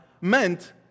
meant